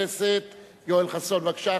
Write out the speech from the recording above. חבר הכנסת יואל חסון, בבקשה.